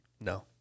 No